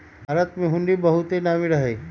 भारत में हुंडी बहुते नामी रहै